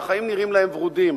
והחיים נראים להם ורודים,